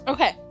Okay